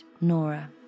Nora